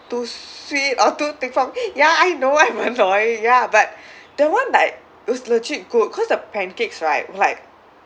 too sweet or too thick for me ya I know I'm annoying ya but that one like it was legit good because the pancakes right like